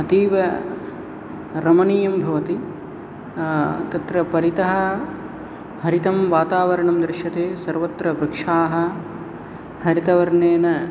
अतीवरमणीयं भवति तत्र परितः हरितं वातावरणं दृश्यते सर्वत्र वृक्षाः हरितवर्णेन